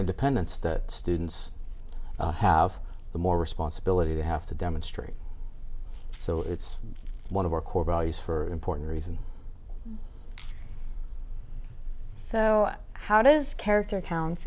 independence the students have the more responsibility they have to demonstrate so it's one of our core values for important reason so how does character